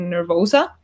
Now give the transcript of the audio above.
Nervosa